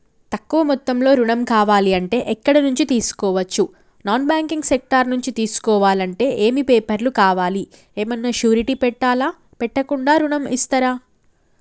తక్కువ మొత్తంలో ఋణం కావాలి అంటే ఎక్కడి నుంచి తీసుకోవచ్చు? నాన్ బ్యాంకింగ్ సెక్టార్ నుంచి తీసుకోవాలంటే ఏమి పేపర్ లు కావాలి? ఏమన్నా షూరిటీ పెట్టాలా? పెట్టకుండా ఋణం ఇస్తరా?